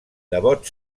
devot